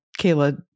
Kayla